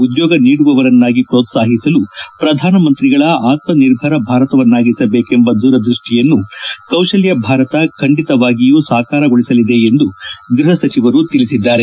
ಉದ್ಯೋಗ ನೀಡುವವರನ್ನಾಗಿ ಪ್ರೋತ್ಸಾಹಿಸಲು ಪ್ರಧಾನಮಂತ್ರಿಗಳ ಆತ್ನ ನಿರ್ಬರ ಭಾರತವನ್ನಾಗಿಸಬೇಕೆಂಬ ದೂರದೃಷ್ಷಿಯನ್ನು ಕೌಶಲ್ಯ ಭಾರತ ಖಂಡಿತವಾಗಿಯೂ ಸಾಕಾರಗೊಳಿಸಲಿದೆ ಎಂದು ಗೃಹಸಚಿವರು ತಿಳಿಸಿದ್ದಾರೆ